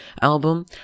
album